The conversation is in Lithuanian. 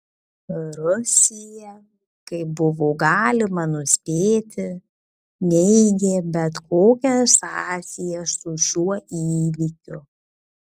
rusija kaip buvo galima nuspėti neigė bet kokias sąsajas su šiuo įvykiu